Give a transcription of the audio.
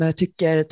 tycker